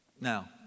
Now